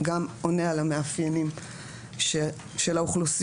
זה גם עונה על המאפיינים של האוכלוסיות